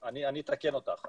אני אתקן אותך,